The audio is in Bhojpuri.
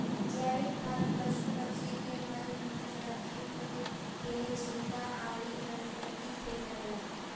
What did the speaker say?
जैविक खाद पशु पक्षी के मल मूत्र, सब्जी कुल के छिलका अउरी वनस्पति से बनेला